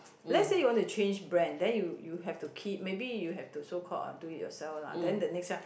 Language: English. let's say you want to change brand then you you have to keep maybe you have to so called uh do it yourself lah then the next round